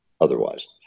otherwise